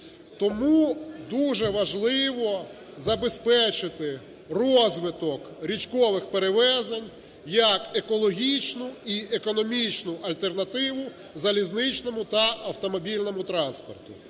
Тому дуже важливо забезпечити розвиток річкових перевезень як екологічну і економічну альтернативу залізничному та автомобільному транспорту.